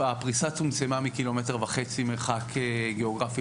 הפריסה צומצמה מ-1.5 ק"מ מרחק גיאוגרפי